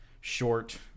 short